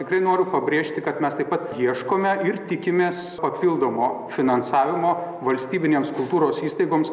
tikrai noriu pabrėžti kad mes taip pat ieškome ir tikimės papildomo finansavimo valstybinėms kultūros įstaigoms